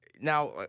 Now